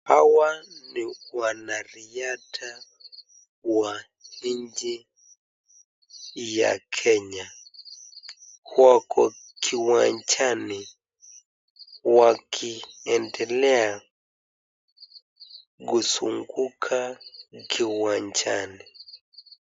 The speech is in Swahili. Hawa ni wanariadha wa nchi ya Kenya. Wako kiwanjani wakiendelea kuzunguka kiwanjani.